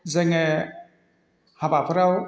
जोङो हाबाफोराव